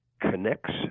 connects